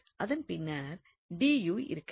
அதன் பின்னர் 𝑑𝑢 இருக்கிறது